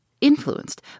Influenced